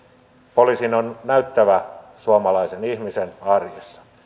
poliisin on näyttävä suomalaisen ihmisen arjessa